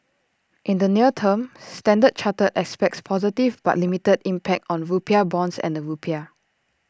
in the near term standard chartered expects positive but limited impact on rupiah bonds and the rupiah